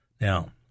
Now